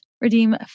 Redeem